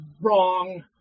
wrong